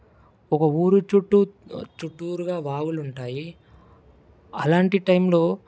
ఒక ఊరు చుట్టూ చుట్టూరుగా వాగులు ఉంటాయి అలాంటి టైంలో